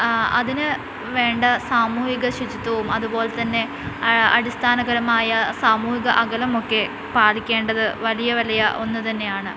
അതിന് വേണ്ട സാമൂഹിക ശുചിത്വവും അതുപോലെതന്നെ അടിസ്ഥാനപരമായ സാമൂഹിക അകലമൊക്കെ പാലിക്കേണ്ടത് വലിയ വലിയ ഒന്നുതന്നെയാണ്